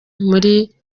muri